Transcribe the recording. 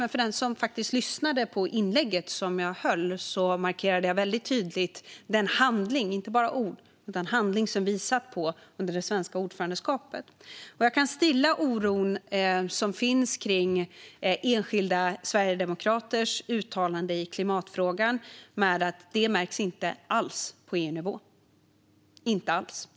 Men för den som faktiskt lyssnade på mitt inlägg markerade jag väldigt tydligt den handling, inte bara ord, som vi visade under det svenska ordförandeskapet. Jag kan stilla den oro som finns kring enskilda sverigedemokraters uttalanden i klimatfrågan med att det inte alls märks på EU-nivå.